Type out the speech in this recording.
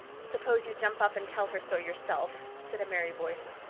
suppose you jump up and tell her so yourself, said a merry voice.